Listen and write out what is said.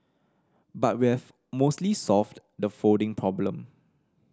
but we have mostly solved the folding problem